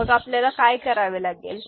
मग आपल्याला काय करावे लागेल